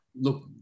look